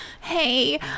Hey